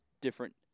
different